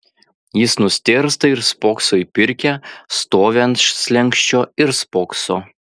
jis nustėrsta ir spokso į pirkią stovi ant slenksčio ir spokso